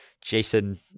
Jason